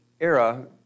era